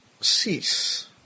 cease